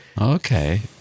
Okay